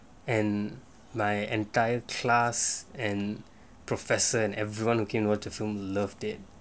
and my entire class and professor and everyone who came over to film loved it